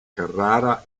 carrara